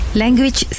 language